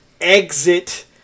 exit